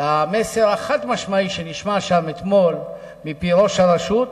למסר החד-משמעי שנשמע שם אתמול מפי ראש הרשות,